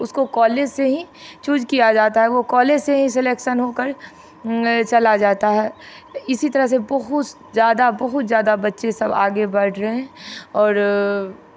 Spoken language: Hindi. उसको कॉलेज से ही चूज़ किया जाता है वो कॉलेज से ही सेलेक्शन हो कर चला जाता है इसी तरह से बहुत ज़्यादा बहुत ज़्यादा बच्चे सब आगे बढ़ रहे हैं और